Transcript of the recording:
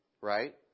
right